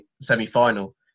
semi-final